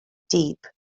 deep